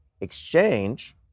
exchange